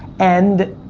and,